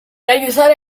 aiutare